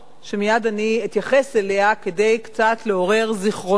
שמייד אני אתייחס אליה כדי לעורר קצת זיכרונות